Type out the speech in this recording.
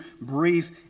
brief